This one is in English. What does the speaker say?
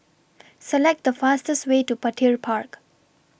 Select The fastest Way to Petir Park